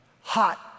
hot